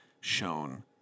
shown